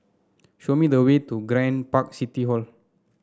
show me the way to Grand Park City Hall